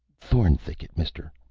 thorn thicket, mister.